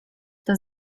does